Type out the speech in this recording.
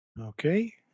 Okay